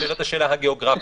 השאלה מה יוחלט.